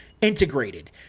integrated